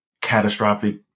catastrophic